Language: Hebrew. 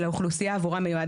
של האוכלוסייה שעבורה מיועד